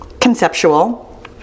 conceptual